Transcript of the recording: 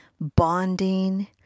bonding